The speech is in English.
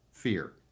Fear